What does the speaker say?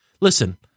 listen